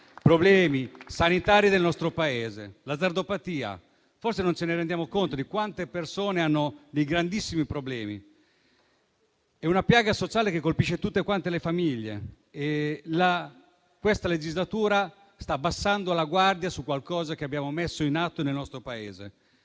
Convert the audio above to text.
problemi sanitari del nostro Paese: l'azzardopatia. Forse non ci rendiamo conto di quante persone hanno dei grandissimi problemi. Si tratta di una piaga sociale che colpisce tutte le famiglie e questa legislatura sta abbassando la guardia su qualcosa che abbiamo messo in atto nel nostro Paese.